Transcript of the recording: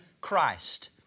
Christ